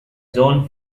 john